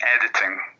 editing